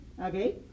okay